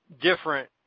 different